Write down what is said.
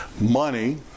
Money